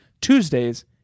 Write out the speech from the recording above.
Tuesdays